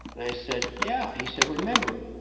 and i said, yeah. he said, remember,